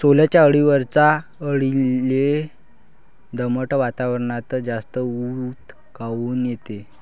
सोल्याच्या पिकावरच्या अळीले दमट वातावरनात जास्त ऊत काऊन येते?